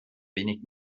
wenig